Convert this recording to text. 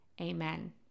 Amen